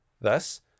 Thus